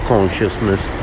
Consciousness